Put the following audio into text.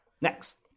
next